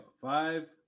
five